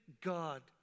God